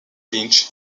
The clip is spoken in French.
lynch